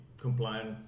compliant